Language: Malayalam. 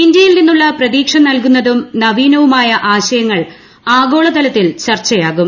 ഇന്ത്യയിൽ നിന്നുള്ള പ്രതീക്ഷ നൽകുന്നതും നവീനവുമായ ആശയങ്ങൾ ആഗോളതലത്തിൽ ചർച്ചയാകും